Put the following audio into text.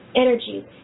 energy